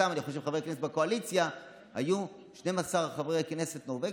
חברי כנסת בקואליציה היו 12 חברי כנסת נורבגים,